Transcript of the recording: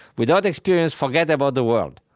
without experience, forget about the world.